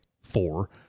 four